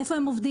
איפה הם עובדים.